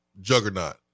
juggernaut